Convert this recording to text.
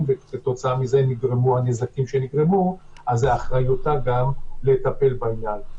וכתוצאה מכך נגרמו הנזקים שנגרמו אז אחריותה גם לטפל בעניין.